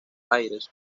aires